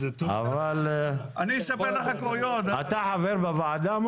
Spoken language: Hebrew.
אני חבר בוועדה?